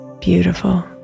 beautiful